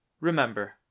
Remember